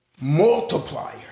multiplier